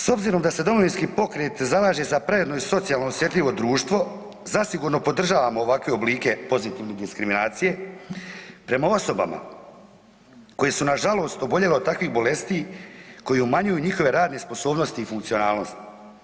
S obzirom da se Domovinski pokret zalaže za pravedno i socijalno osjetljivo društvo zasigurno podržavamo ovakve oblike pozitivne diskriminacije prema osobama koje su nažalost oboljele od takvih bolesti koje umanjuju njihove radne sposobnosti i funkcionalnosti.